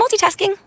multitasking